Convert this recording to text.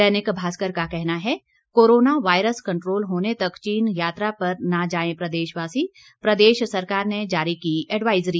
दैनिक भास्कर का कहना है कोरोना वायरस कंट्रोल होने तक चीन यात्रा पर न जाएं प्रदेशवासी प्रदेश सरकार ने जारी की एडवायजरी